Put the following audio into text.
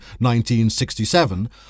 1967